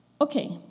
Okay